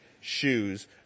shoes